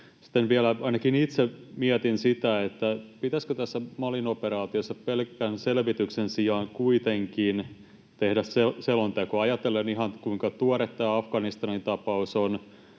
Sitten ainakin itse mietin vielä sitä, pitäisikö tässä Malin operaatiossa pelkän selvityksen sijaan kuitenkin tehdä selonteko, ajatellen ihan sitä, kuinka tuore tämä Afganistanin tapaus on,